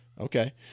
Okay